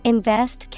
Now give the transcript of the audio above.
Invest